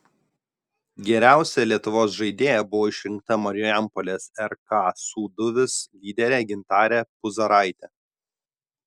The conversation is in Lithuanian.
geriausia lietuvos žaidėja buvo išrinkta marijampolės rk sūduvis lyderė gintarė puzaraitė